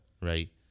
Right